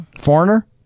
Foreigner